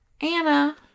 Anna